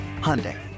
hyundai